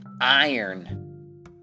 iron